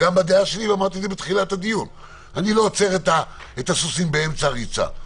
הדעה שלי, אני לא עוצר את הסוסים באמצע הריצה.